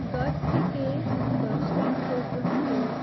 দশ থেকে দশ লাখ পর্যন্ত